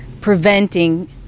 preventing